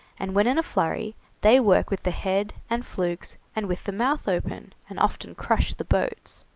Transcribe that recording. and when in a flurry they work with the head and flukes, and with the mouth open, and often crush the boats.